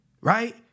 right